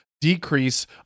decrease